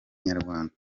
nyarwanda